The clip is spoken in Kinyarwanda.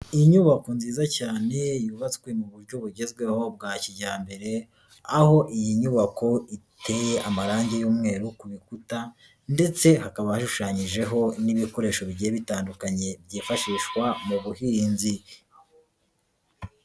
Inyubako nziza cyane yubatswe mu buryo bugezweho bwa kijyambere, aho iyi nyubako iteye amarangi y'umweru ku bikuta ndetse hakaba hashushanyijeho n'ibikoresho bigiye bitandukanye byifashishwa mu buhinzi.